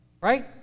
Right